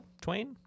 Twain